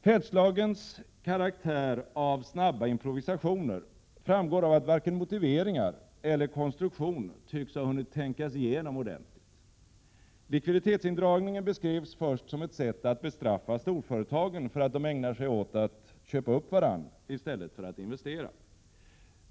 ”Feldt-slagens” karaktär av snabba improvisationer framgår av att varken motiveringar eller konstruktion tycks ha hunnit tänkas igenom ordentligt. Likviditetsindragningen beskrevs först som ett sätt att bestraffa storföretagen för att de ägnar sig åt att köpa upp varandra i stället för att investera.